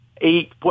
eight